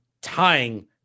tying –